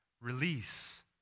release